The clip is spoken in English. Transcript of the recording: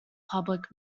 public